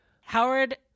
Howard